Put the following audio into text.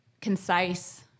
concise